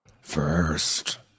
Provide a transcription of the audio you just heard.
First